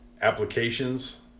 applications